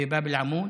בבאב אל-עמוד.